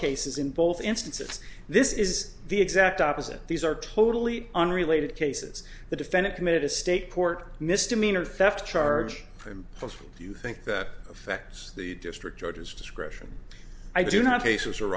cases in both instances this is the exact opposite these are totally unrelated cases the defendant committed a state court misdemeanor theft charge for him do you think that affects the district judges discretion i do not cases are